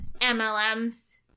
MLMs